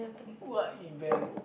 what event